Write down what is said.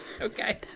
okay